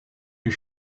you